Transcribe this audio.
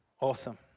Awesome